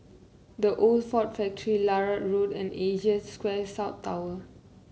The Old Ford Factory Larut Road and Asia Square South Tower